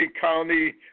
County